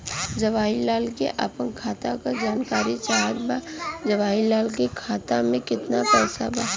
जवाहिर लाल के अपना खाता का जानकारी चाहत बा की जवाहिर लाल के खाता में कितना पैसा बा?